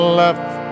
left